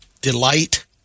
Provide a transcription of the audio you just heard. Delight